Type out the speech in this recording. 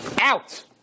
Out